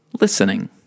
listening